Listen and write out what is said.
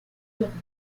virgule